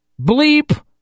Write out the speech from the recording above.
Bleep